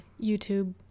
YouTube